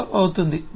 0 అవుతుంది